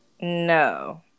No